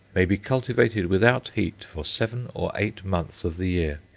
may be cultivated without heat for seven or eight months of the year.